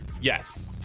yes